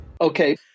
Okay